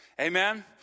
Amen